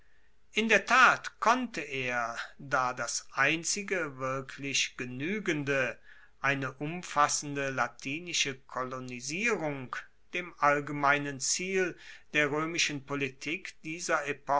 in der tat konnte er da das einzige wirklich genuegende eine umfassende latinische kolonisierung dem allgemeinen ziel der roemischen politik dieser